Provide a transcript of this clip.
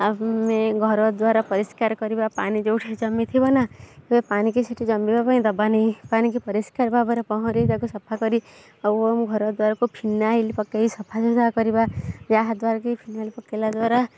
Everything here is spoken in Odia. ଆମେ ଘର ଦ୍ୱାରା ପରିଷ୍କାର କରିବା ପାଣି ଯେଉଁଠି ଜମି ଥିବ ନା ସେ ପାଣିକି ସେଇଠି ଜମିବା ପାଇଁ ଦବା ନେହିଁ ପାଣିକୁ ପରିଷ୍କାର ଭାବରେ ପହଁରାଇ ତାକୁ ସଫା କରି ଆଉ ଆମ ଘର ଦ୍ୱାରାକୁ ଫିନାଇଲ୍ ପକାଇ ସଫା ସୁତୁରା କରିବା ଯାହାଦ୍ୱାରା କି ଫିନାଇଲ୍ ପକାଇବା ଦ୍ୱାରା